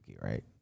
right